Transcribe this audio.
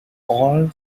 all